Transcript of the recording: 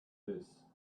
this